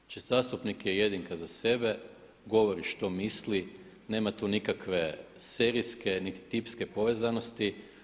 Znači zastupnik je jedinka za sebe, govori što misli, nema tu nikakve serijske niti tipske povezanosti.